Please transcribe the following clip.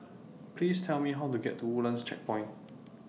Please Tell Me How to get to Woodlands Checkpoint